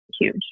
huge